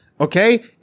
Okay